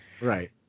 Right